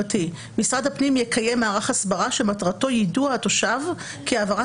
משרד הפנים יקיים מערך הסברה שמטרתו יידוע התושב כי העברת